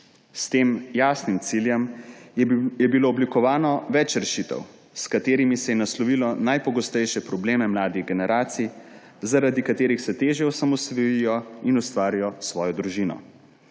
S tem jasnim ciljem je bilo oblikovanih več rešitev, s katerimi so se naslovili najpogostejši problemi mladih generacij, zaradi katerih se težje osamosvojijo in ustvarijo svojo družino.